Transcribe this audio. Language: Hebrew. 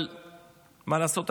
אבל מה לעשות,